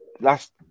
Last